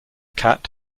cat